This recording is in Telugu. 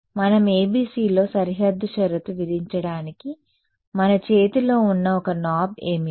మన ABC లో సరిహద్దు షరతు విధించడానికి మన చేతిలో ఉన్న ఒక నాబ్ ఏమిటి